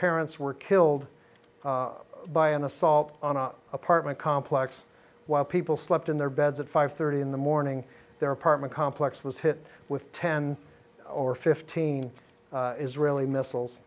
parents were killed by an assault on an apartment complex while people slept in their beds at five thirty in the morning their apartment complex was hit with ten or fifteen israeli missiles